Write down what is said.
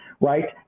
right